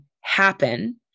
happen